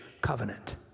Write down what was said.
covenant